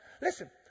Listen